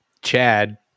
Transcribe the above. Chad